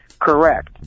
Correct